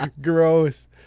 Gross